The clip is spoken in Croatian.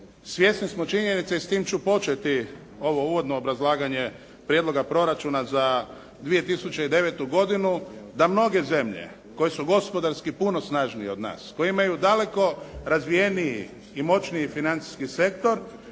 svjesni smo činjenice i s tim ću početi ovo uvodno obrazlaganje prijedloga proračuna za 2009. godinu da mnoge zemlje koje su gospodarski puno snažnije od nas, koje imaju daleko razvijeniji i moćniji financijski sektor,